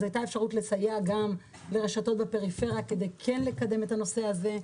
אז גם הייתה אפשרות לסייע לרשתות בפריפריה כדי לקדם את הנושא הזה.